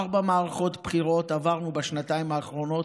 ארבע מערכות בחירות עברנו בשנתיים האחרונות,